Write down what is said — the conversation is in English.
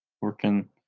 working